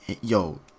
Yo